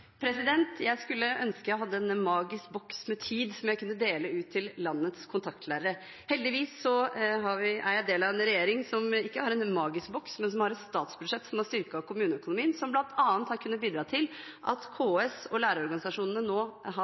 Jeg skulle ønske jeg hadde en magisk boks med tid som jeg kunne dele ut til landets kontaktlærere. Heldigvis er jeg del av en regjering som ikke har en magisk boks, men et statsbudsjett som har styrket kommuneøkonomien, som bl.a. har kunnet bidra til at KS og lærerorganisasjonene nå har